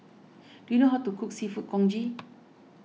do you know how to cook Seafood Congee